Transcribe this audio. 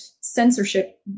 censorship